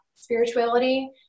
Spirituality